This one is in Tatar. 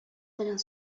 белән